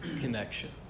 connection